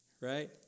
right